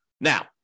Now